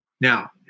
Now